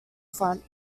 front